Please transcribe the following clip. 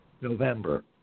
November